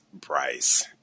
Price